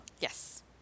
Yes